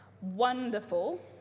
wonderful